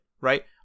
right